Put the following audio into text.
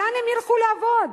לאן הם ילכו לעבוד?